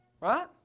Right